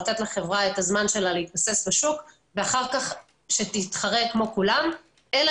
לתת לחברה את הזמן להתבסס בשוק ואחר כך שתתחרה כמו כולם אלא